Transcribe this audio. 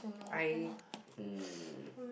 I hmm